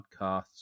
Podcasts